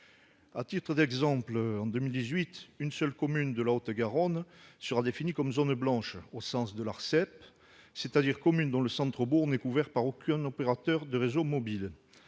À titre d'exemple, en 2018, une seule commune de la Haute-Garonne sera définie comme une zone blanche au sens de l'ARCEP, c'est-à-dire une commune « dont le centre-bourg n'est couvert par aucun opérateur de réseau mobile